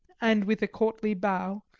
and, with a courtly bow,